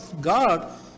God